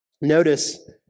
Notice